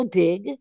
dig